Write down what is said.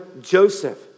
Joseph